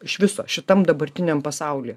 iš viso šitam dabartiniam pasauly